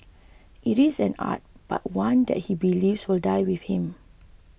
it is an art but one that he believes will die with him